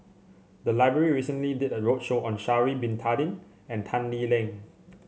the library recently did a roadshow on Sha'ari Bin Tadin and Tan Lee Leng